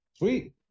sweet